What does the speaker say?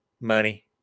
money